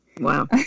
Wow